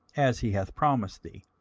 as he hath promised thee,